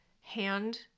hand